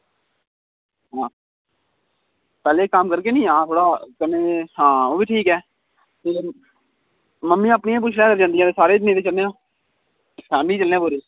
ते कन्नै इक्क कम्म करगे नी आं ओह्बी ठीक ऐ मम्मी अपनी गी पुच्छी लैओ नेईं तां सारे जन्ने आं फैमिली चलने आं पूरे